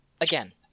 Again